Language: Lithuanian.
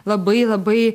labai labai